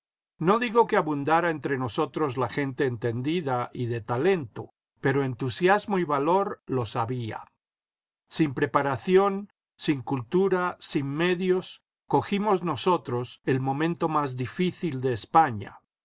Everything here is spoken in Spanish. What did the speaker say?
no digo que abundara entre nosotros la gente entendida y de talento pero entusiasmo y valor los había sin preparación sin cultura sin medios cogimos nosotros el momento más difícil de españa